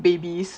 babies